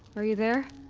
are you there?